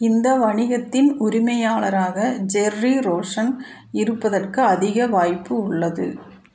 இந்த வணிகத்தின் உரிமையாளராக ஜெர்ரி ரோசன் இருப்பதற்கு அதிகம் வாய்ப்பு உள்ளது